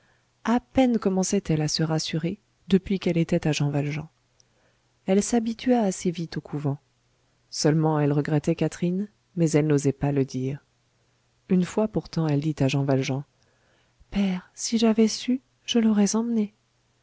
à peine commençait elle à se rassurer depuis qu'elle était à jean valjean elle s'habitua assez vite au couvent seulement elle regrettait catherine mais elle n'osait pas le dire une fois pourtant elle dit à jean valjean père si j'avais su je l'aurais emmenée